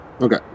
Okay